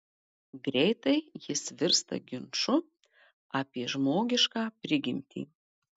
greitai jis virsta ginču apie žmogišką prigimtį